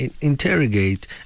interrogate